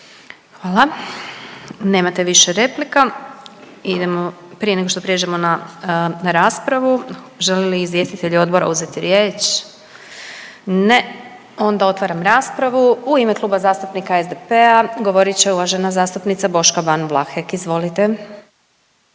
Hvala. Nemate više replika. Prije nego što prijeđemo na raspravu žele li izvjestitelji odbora uzeti riječ? Ne onda otvaram raspravu. U ime Kluba zastupnika SDP-a govorit će uvažena zastupnica Boška Ban Vlahek. Izvolite.